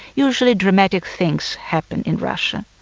usually dramatic things happen in russia.